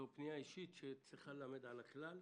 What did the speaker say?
זו פנייה פרטנית שצריכה ללמד על הכלל.